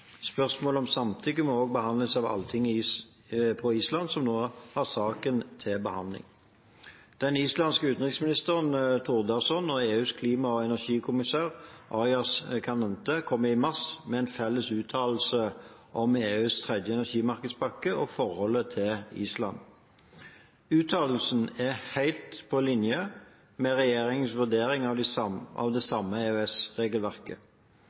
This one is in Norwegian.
Spørsmålet om samtykke må også behandles av Alltinget på Island, som nå har saken til behandling. Den islandske utenriksministeren, Gudlaugur Thor Thordarson, og EUs klima- og energikommissær, Miguel Arias Cañete, kom i mars med en felles uttalelse om EUs tredje energimarkedspakke og forholdet til Island. Uttalelsen er helt på linje med regjeringens vurderinger av